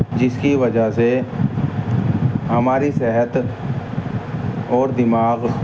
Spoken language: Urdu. جس کی وجہ سے ہماری صحت اور دماغ